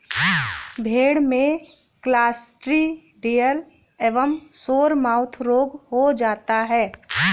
भेड़ में क्लॉस्ट्रिडियल एवं सोरमाउथ रोग हो जाता है